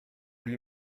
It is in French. lui